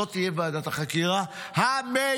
זאת תהיה ועדת החקירה המיוחדת.